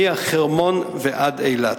מהחרמון ועד אילת.